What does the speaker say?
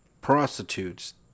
prostitutes